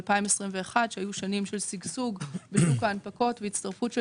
2021 שהיו שנים של שגשוג בשוק ההנפקות והצטרפות של